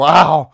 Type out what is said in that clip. Wow